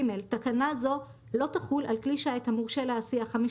(ג) תקנה זו לא תחול על כלי שיט המורשה להסיע 15